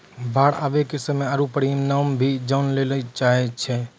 बाढ़ आवे के समय आरु परिमाण भी जाने लेली चाहेय छैय?